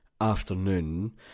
afternoon